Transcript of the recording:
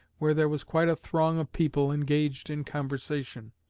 where there was quite a throng of people engaged in conversation.